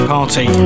Party